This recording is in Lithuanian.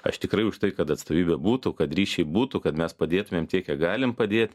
aš tikrai už tai kad atstovybė būtų kad ryšiai būtų kad mes padėtumėm tiek kiek galim padėt